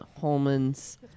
Holman's